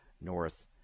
North